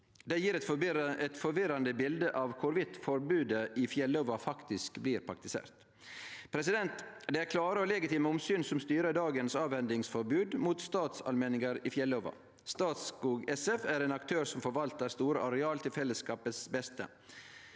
Det gjev eit forvirrande bilete av i kva grad forbodet i fjellova faktisk blir praktisert. Det er klare og legitime omsyn som styrer dagens avhendingsforbod for statsallmenningar i fjellova. Statskog SF er ein aktør som forvaltar store areal til det beste